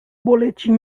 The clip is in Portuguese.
boletim